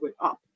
up